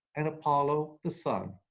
and apollo, the sun.